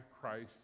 Christ